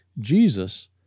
Jesus